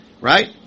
Right